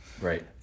Right